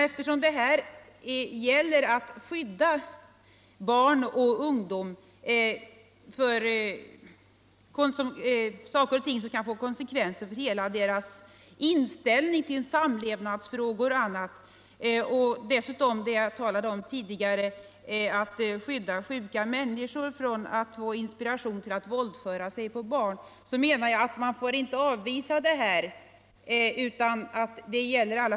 Eftersom det här gäller att skydda barn och ungdom för saker och ting som kan få konsekvenser för hela deras inställning till samlevnadsfrågor och annat och dessutom — som jag sade tidigare — att förhindra att sjuka människor får inspiration till att våldföra sig på barn, så menar jagatt man inte får avvisa förslag i detta hänseende.